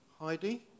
Heidi